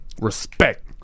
Respect